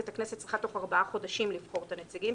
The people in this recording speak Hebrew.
צריכה תוך 4 חודשים לבחור את הנציגים.